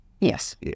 Yes